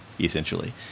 essentially